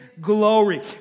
glory